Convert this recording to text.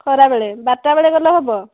ଖରାବେଳେ ବାରଟା ବେଳେ ଗଲେ ହେବ